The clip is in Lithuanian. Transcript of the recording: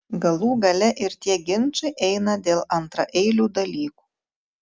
galų gale ir tie ginčai eina dėl antraeilių dalykų